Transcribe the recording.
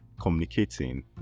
communicating